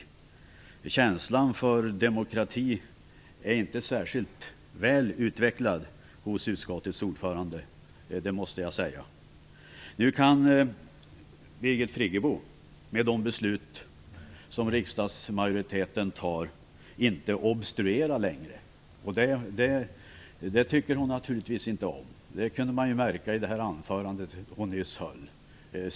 Jag måste säga att känslan för demokrati är inte särskilt väl utvecklad hos utskottets ordförande. Nu kan Birgit Friggebo med de beslut som riksdagen fattar inte obstruera längre. Det tycker hon naturligtvis inte om. Det kunde man märka i det anförande som hon nyss höll.